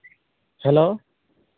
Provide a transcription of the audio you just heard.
hello